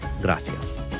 Gracias